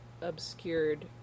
obscured